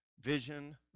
Vision